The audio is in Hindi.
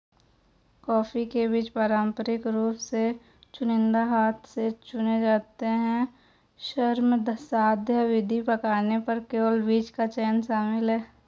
कॉफ़ी के बीज पारंपरिक रूप से चुनिंदा हाथ से चुने जाते हैं, श्रमसाध्य विधि, पकने पर केवल बीज का चयन शामिल है